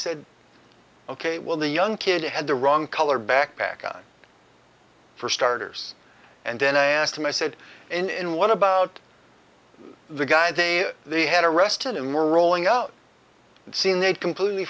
said ok well the young kid had the wrong color backpack for starters and then i asked him i said and what about the guy they they had arrested and were rolling out and seen a completely